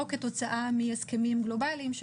לא כתוצאה מהסכמים גלובליים,